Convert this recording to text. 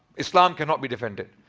islam cannot be defended.